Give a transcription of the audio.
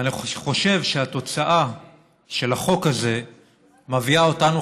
אני חושב שהתוצאה של החוק הזה מביאה אותנו,